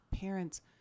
parents